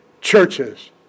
churches